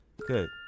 good